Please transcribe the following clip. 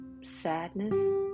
sadness